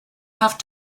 have